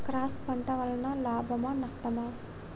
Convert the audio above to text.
Cross పంట వలన లాభమా నష్టమా?